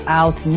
out